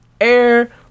Air